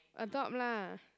adopt lah